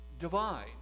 divine